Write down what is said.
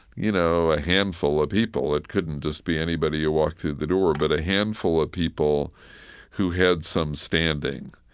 you know, a handful of people it couldn't just be anybody who walked through the door, but a handful of people who had some standing,